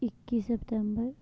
इक्की सतम्बर